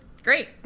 Great